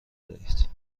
بدهید